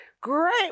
great